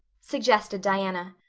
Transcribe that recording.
suggested diana.